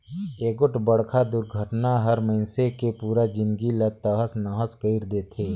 एगोठ बड़खा दुरघटना हर मइनसे के पुरा जिनगी ला तहस नहस कइर देथे